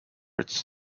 its